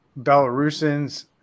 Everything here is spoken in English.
Belarusians